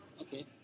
Okay